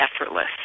effortless